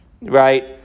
right